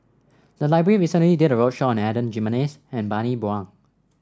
the library recently did a roadshow on Adan Jimenez and Bani Buang